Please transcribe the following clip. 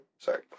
Sorry